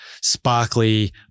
sparkly